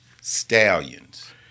Stallions